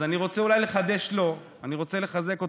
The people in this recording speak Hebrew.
אז אני רוצה אולי לחדש לו, אני רוצה לחזק אותך.